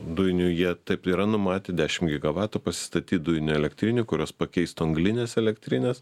dujinių jie taip yra numatę dešim gigavatų pasistatyt dujinių elektrinių kurios pakeistų anglines elektrines